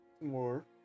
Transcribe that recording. more